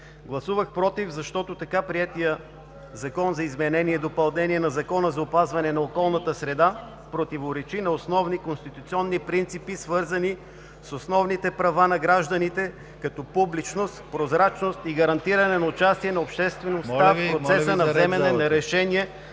Гласувах „против“, защото така приетият Закон за изменение и допълнение на Закона за опазване на околната среда противоречи на основни конституционни принципи, свързани с основните права на гражданите като публичност, прозрачност и гарантиране на участие на обществеността в процеса на вземане на решения,